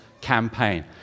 campaign